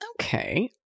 Okay